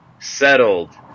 Settled